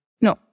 No